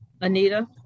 Anita